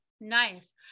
nice